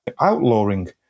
outlawing